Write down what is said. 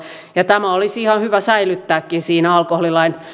ja tämä olisi ihan hyvä säilyttääkin siinä alkoholilain